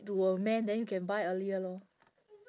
to a man then you can buy earlier lor